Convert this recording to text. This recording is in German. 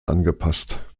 angepasst